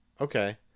Okay